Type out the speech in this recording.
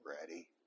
ready